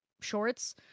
shorts